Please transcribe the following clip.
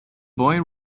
boy